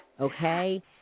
Okay